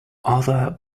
other